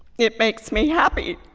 it makes me happy.